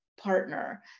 partner